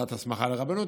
תעודת הסמכה לרבנות,